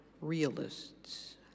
realists